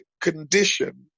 condition